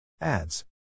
Ads